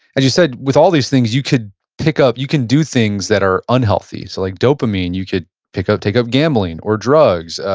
as you said, with all these things you could pick up, you can do things that are unhealthy. so like dopamine, you could pick up, take up gambling or drugs.